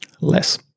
Less